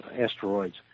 asteroids